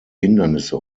hindernisse